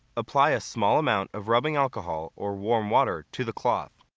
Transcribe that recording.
apply a small amount of rubbing alcohol or warm water to the cloth.